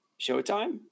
Showtime